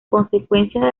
consecuencia